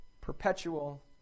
perpetual